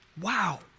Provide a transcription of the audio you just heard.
Wow